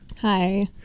Hi